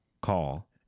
Call